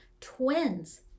twins